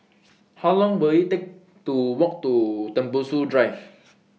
How Long Will IT Take to Walk to Tembusu Drive